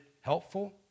helpful